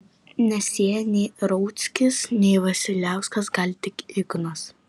nesėja nei rauckis nei vasiliauskas gal tik ignas